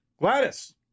Gladys